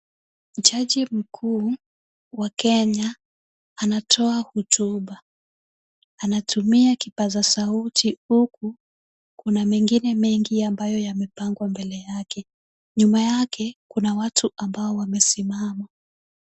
Jaji mkuu wa Kenya anatoa hotuba. Anatumia kipaza sauti, huku kuna mengine mengi ambayo yamepangwa mbele yake. Nyuma yake kuna watu ambao wamesimama.